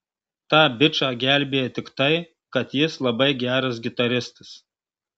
tą bičą gelbėja tik tai kad jis labai geras gitaristas